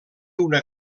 una